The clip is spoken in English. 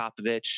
Popovich